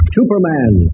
Superman